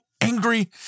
angry